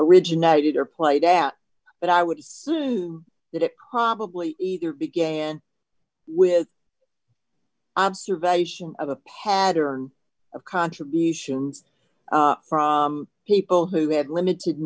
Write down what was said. originated or played out but i would do that it probably either began with observation of a pattern of contributions from people who had limited